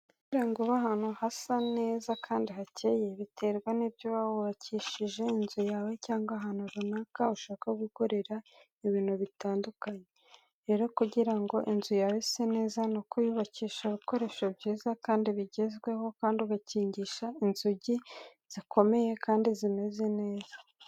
Kugira ngo ube ahantu hasa neza kandi hakeye biterwa n'ibyo uba wubakishije inzu yawe cyangwa ahantu runaka ushaka gukorera ibintu bitandukanye. Rero kugira ngo inzu yawe ise neza ni uko uyubakisha ibikoresho byiza kandi bigezweho kandi ugakingisha inzugi zikomeye kandi zimeze neza.